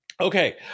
Okay